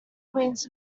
queens